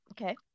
Okay